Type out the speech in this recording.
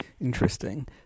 Interesting